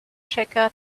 checker